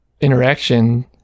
interaction